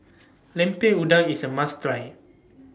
Lemper Udang IS A must Try